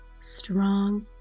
strong